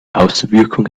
außenwirkung